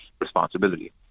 Responsibility